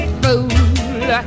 fool